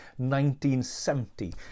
1970